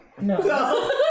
No